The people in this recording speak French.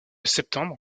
septembre